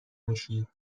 میشی